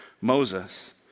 Moses